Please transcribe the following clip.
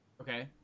Okay